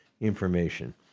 information